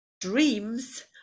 dreams